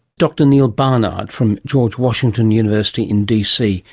dr neal barnard from george washington university in dc,